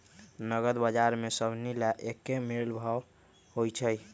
नगद बजार में सभनि ला एक्के मोलभाव होई छई